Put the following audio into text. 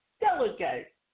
delegate